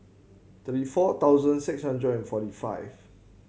thirty four thousand six hundred and forty five